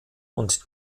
und